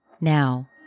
Now